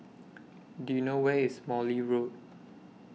Do YOU know Where IS Morley Road